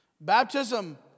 Baptism